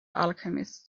alchemist